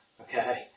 okay